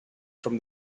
from